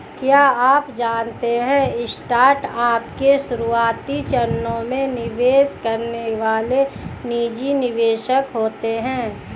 क्या आप जानते है स्टार्टअप के शुरुआती चरणों में निवेश करने वाले निजी निवेशक होते है?